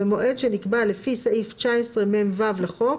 במועד שנקבע לפי סעיף 19מ(ו) לחוק,